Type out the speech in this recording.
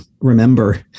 remember